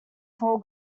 four